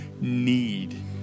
need